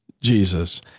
Jesus